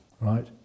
Right